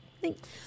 Thanks